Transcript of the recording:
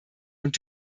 und